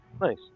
nice